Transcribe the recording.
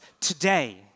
Today